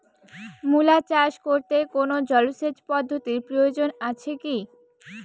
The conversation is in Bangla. মূলা চাষ করতে কোনো জলসেচ পদ্ধতির প্রয়োজন আছে কী?